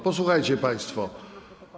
Posłuchajcie państwo.